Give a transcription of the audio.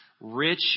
rich